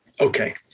Okay